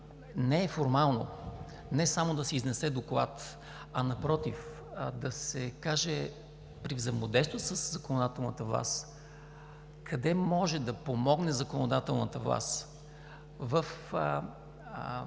не е формално – не само да се изнесе доклад, а напротив, да се каже при взаимодействието със законодателната власт къде може да помогне тя в